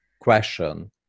question